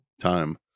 time